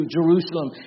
Jerusalem